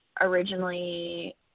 originally